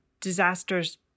disasters